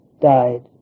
died